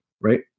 right